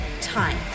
time